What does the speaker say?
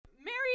Mary